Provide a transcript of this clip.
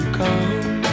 come